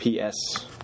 PS